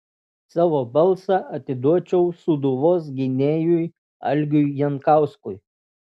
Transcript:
savo balsą atiduočiau sūduvos gynėjui algiui jankauskui